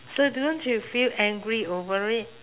so do~ don't you feel angry over it